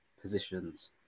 positions